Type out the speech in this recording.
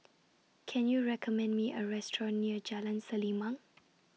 Can YOU recommend Me A Restaurant near Jalan Selimang